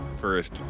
First